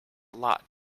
lot